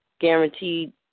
guaranteed